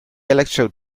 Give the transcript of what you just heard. electrode